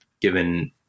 given